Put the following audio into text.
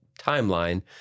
timeline